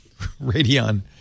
Radeon